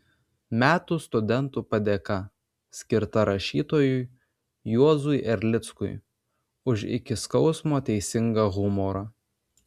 metų studentų padėka skirta rašytojui juozui erlickui už iki skausmo teisingą humorą